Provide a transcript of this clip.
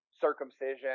circumcision